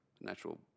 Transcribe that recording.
natural